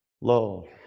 low